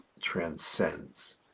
transcends